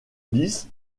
lys